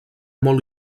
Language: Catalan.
molt